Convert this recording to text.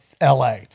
LA